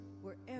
wherever